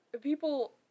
people